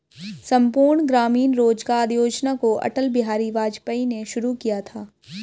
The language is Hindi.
संपूर्ण ग्रामीण रोजगार योजना को अटल बिहारी वाजपेयी ने शुरू किया था